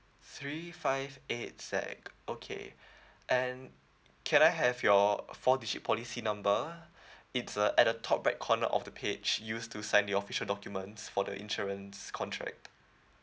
three five eight Z okay and can I have your four digit policy number it's uh at the top right corner of the page used to sign the official documents for the insurance contract